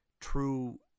true